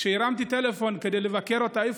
כשהרמתי טלפון כדי לבקר אותה,